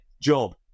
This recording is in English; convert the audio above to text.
job